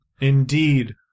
indeed